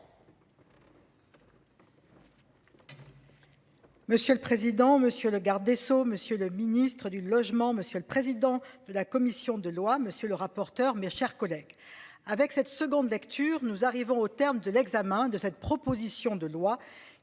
Monsieur le président, monsieur le garde des Sceaux, Monsieur le Ministre du Logement. Monsieur le président de la commission de lois. Monsieur le rapporteur. Mes chers collègues. Avec cette seconde lecture. Nous arrivons au terme de l'examen de cette proposition de loi